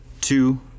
two